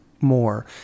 more